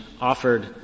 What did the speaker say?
offered